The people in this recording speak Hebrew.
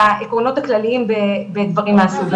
העקרונות הכלליים בדברים מהסוג הזה.